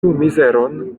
mizeron